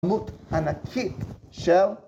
דמות ענקית של